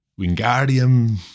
Wingardium